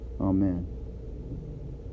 Amen